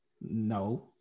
No